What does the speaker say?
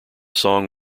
song